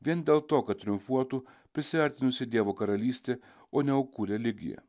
vien dėl to kad triumfuotų prisiartinusi dievo karalystė o ne aukų religija